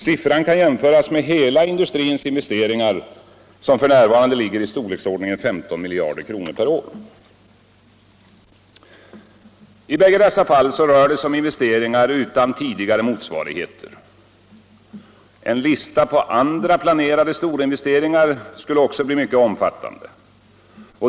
Siffran kan jämföras med hela industrins investeringar, som f. n. ligger storleksord = Allmänpolitisk ningen 15 miljarder kronor per år. debatt I bägge dessa fall rör det sig om investeringar utan tidigare motsvarigheter. En lista på andra planerade storinvesteringar skulle också bli mycket omfattande.